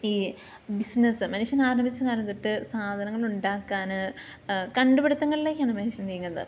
ഈ ബിസിനസ്സ് മനുഷ്യനാരംഭിച്ച കാലം തൊട്ട് സാധനങ്ങൾ ഉണ്ടാക്കാൻ കണ്ടു പിടുത്തങ്ങളിലേക്കാണ് മനുഷ്യൻ നീങ്ങുന്നത്